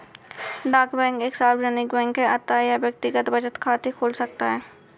डाक बैंक एक सार्वजनिक बैंक है अतः यह व्यक्तिगत बचत खाते खोल सकता है